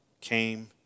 came